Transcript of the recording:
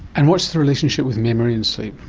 and what's the relationship with memory and sleep?